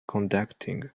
conducting